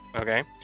Okay